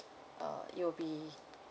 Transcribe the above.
uh you'll be